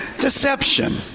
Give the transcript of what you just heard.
Deception